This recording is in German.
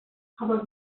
aber